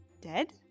dead